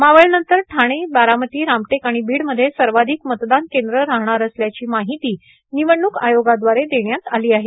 मावळनंतर ठाणे बारामती रामटेक आर्गाण बीड मध्ये सर्वाधिक मतदान कद्रे राहणार असल्याची मार्गाहती निवडणूक आयोगादवारे देण्यात आलो आहे